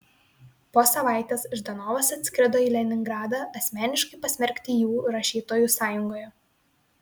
po savaitės ždanovas atskrido į leningradą asmeniškai pasmerkti jų rašytojų sąjungoje